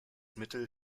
mittel